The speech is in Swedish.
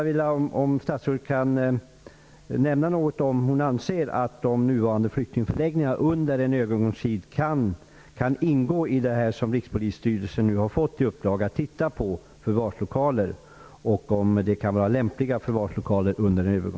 Kan statsrådet säga något om huruvida de nuvarande flyktingförläggningarna under en övergångstid kan användas som förvarslokaler av det slag som Rikspolisstyrelsen har i uppdrag att titta på?